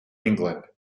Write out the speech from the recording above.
england